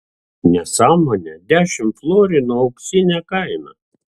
nesąmonė dešimt florinų auksinė kaina